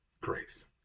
grace